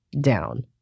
down